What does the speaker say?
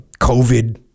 COVID